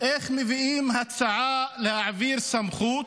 איך מביאים הצעה להעביר סמכות